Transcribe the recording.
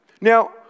Now